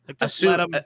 Assume